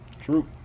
True